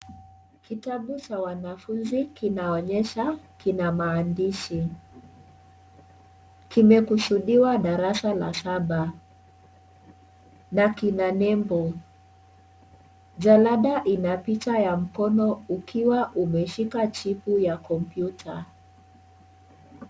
Kitabu cha wanafunzi kinaonyesha kina maandishi. Kimekusudiwa darasa la saba na kina nembo. Jalada, ina picha ya mkono ukiwa umeshika chipu ya kompyuta.